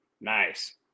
Nice